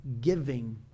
giving